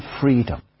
freedom